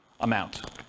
amount